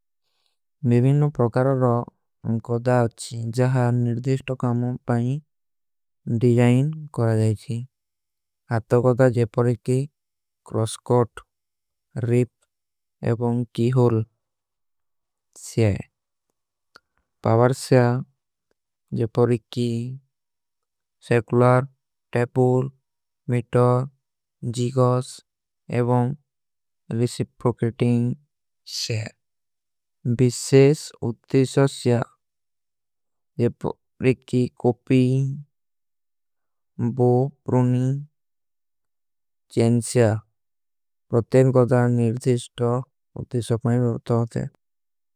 ଵିଭୀନୋଂ ପ୍ରକାରୋଂ କୋ ଦାଓଚୀ ଜହାର ନିର୍ଦିଷ୍ଟୋ କାମୋଂ ପାଇଣୀ। ଡିଜାଇନ କରା ଦାଈଚୀ ଆତ୍ତୋଗଧା ଜେପରିକୀ କ୍ରୋସ୍କୋଟ ରିପ। ଏବଂ keyhole, saw, power saw, ଜେପରିକୀ, ସେକୁଲାର ଟୈପୂର। ମିଟର, ଜୀଗଶ, ଏବଂ, ଲିସିପ୍ପୋକେଟିଂଗ, ସ୍ଯାଯ ଵିଶେଷ। ଉତ୍ତିଷସ ସ୍ଯା ଜେପରିକୀ କୋପୀ ବୋ ପୁରୁଣୀ। ଚେନ ସ୍ଯା ପ୍ରତେନ ଗଧା ନିର୍ଦିଷ୍ଟୋ ଉତ୍ତିଷସ ମେଂ ଭୀ ଉତ୍ତା ହୋତେ ହୈ।